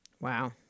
Wow